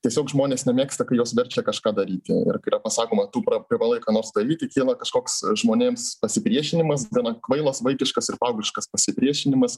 tiesiog žmonės nemėgsta kai juos verčia kažką daryti yra pasakoma tu privalai ką nors daryti kyla kažkoks žmonėms pasipriešinimas gana kvailas vaikiškas ir paaugliškas pasipriešinimas